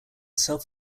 self